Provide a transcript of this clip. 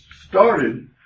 started